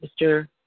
Mr